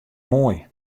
moai